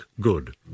good